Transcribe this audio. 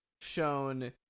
shown